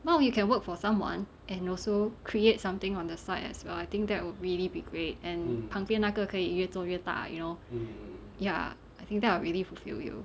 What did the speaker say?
well you can work for someone and also create something on the side as well I think that would really be great and 旁边那个可以越做越大 you know ya I think that will really fulfil you